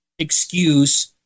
excuse